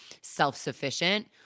self-sufficient